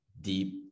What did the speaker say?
deep